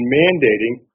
mandating